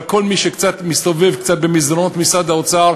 אבל כל מי שמסתובב קצת במסדרונות משרד האוצר